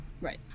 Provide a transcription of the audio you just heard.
Right